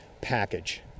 package